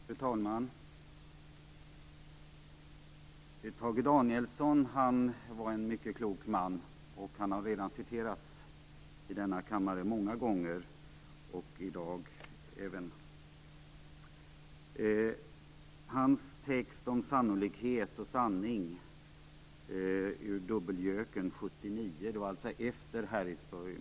Fru talman! Tage Danielsson var en mycket klok man. Han har redan citerats i denna kammare många gånger. Hans text om sannolikhet och sanning ur Under dubbelgöken, 1979, är oerhört talande och stark.